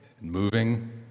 moving